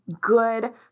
good